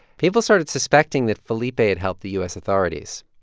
people started suspecting that felipe had helped the u s. authorities.